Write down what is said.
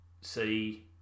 see